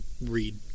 read